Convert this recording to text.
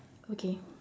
okay